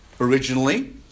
originally